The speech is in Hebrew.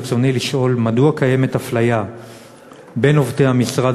ברצוני לשאול: מדוע קיימת אפליה בין עובדי המשרד